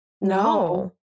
No